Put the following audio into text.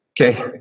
okay